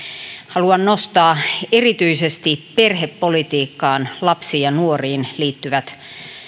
haluan nostaa erityisesti perhepolitiikkaan lapsiin ja nuoriin liittyvät